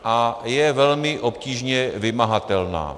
A je velmi obtížně vymahatelná.